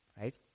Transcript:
right